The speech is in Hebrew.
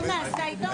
יוצאים להפסקה.